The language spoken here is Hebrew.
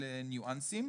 אלה ניואנסים.